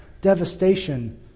devastation